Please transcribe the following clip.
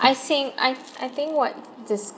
I think I I think what